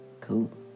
Cool